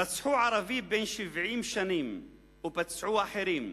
רצחו ערבי בן 70 ופצעו אחרים,